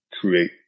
create